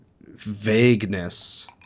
vagueness